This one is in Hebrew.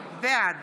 בעד